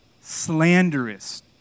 Slanderous